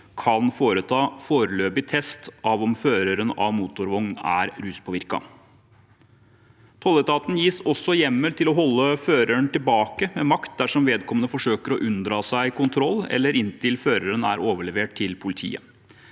kan foreta foreløpig test av om føreren av en motorvogn er ruspåvirket. Tolletaten gis også hjemmel til å holde føreren tilbake med makt dersom vedkommende forsøker å unndra seg kontroll, eller inntil føreren er overlevert til politiet.